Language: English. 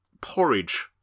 porridge